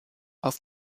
auf